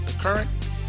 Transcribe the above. current